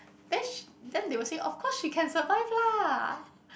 then they will say of course she can survive lah